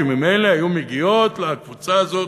שממילא היו מגיעות לקבוצה הזאת,